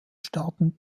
staaten